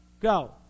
go